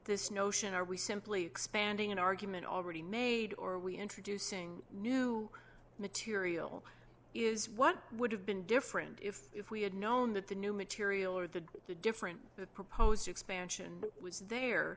this notion are we simply expanding an argument already made or we introducing new material is what would have been different if if we had known that the new material or the different proposed expansion was there